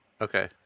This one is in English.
Okay